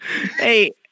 Hey